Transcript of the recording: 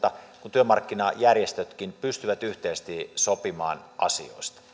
työmarkkinajärjestötkin pystyvät yhteisesti sopimaan asioista